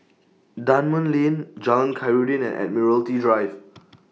Dunman Lane Jalan Khairuddin and Admiralty Drive